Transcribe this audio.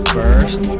first